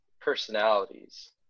personalities